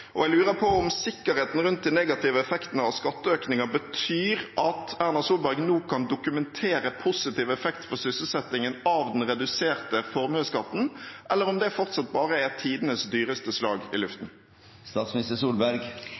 Jeg lurer på om sikkerheten rundt de negative effektene av skatteøkninger betyr at Erna Solberg nå kan dokumentere en positiv effekt for sysselsettingen av den reduserte formuesskatten, eller om det fortsatt bare er tidenes dyreste slag i